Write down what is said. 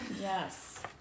Yes